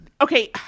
Okay